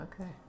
Okay